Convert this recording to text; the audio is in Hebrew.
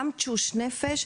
גם תשוש נפש.